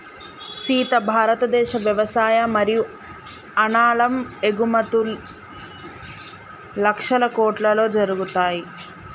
సీత భారతదేశ వ్యవసాయ మరియు అనాలం ఎగుమతుం లక్షల కోట్లలో జరుగుతాయి